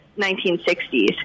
1960s